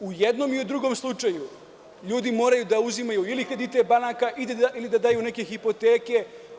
U jednom i u drugom slučaju ljudi moraju da uzimaju ili kredite od banaka ili da daju neke hipoteke.